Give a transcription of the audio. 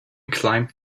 climbed